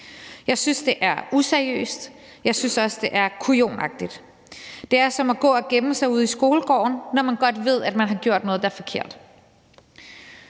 Jeg synes, det er useriøst, og jeg synes også, det er kujonagtigt. Det er som at gå og gemme sig ude i skolegården, når man godt ved, at man har gjort noget, der er forkert.